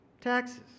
Taxes